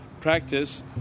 practice